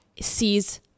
sees